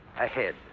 ahead